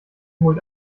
holt